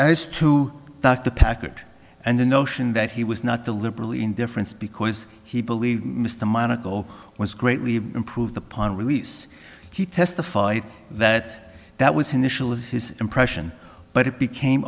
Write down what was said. as to duck the package and the notion that he was not deliberately indifference because he believed mr monaco was greatly improved upon release he testified that that was initial of his impression but it became